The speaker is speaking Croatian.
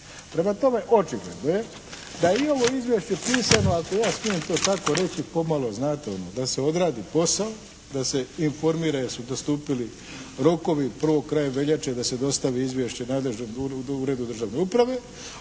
Prema tome, očigledno je da je i ovo izvješće pisano ako ja smijem to tako reći pomalo znate ono, da se odradi posao, da se informira jer su nastupili rokovi, prvo krajem veljače da se dostavi izvješće nadležnom uredu državne uprave,